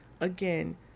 Again